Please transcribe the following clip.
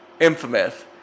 infamous